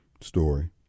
story